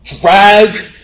drag